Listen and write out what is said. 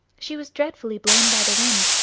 she was dreadfully blown by the wind,